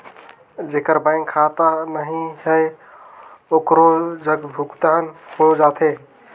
जेकर बैंक खाता नहीं है ओकरो जग भुगतान हो जाथे?